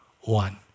one